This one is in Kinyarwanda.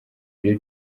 ibyo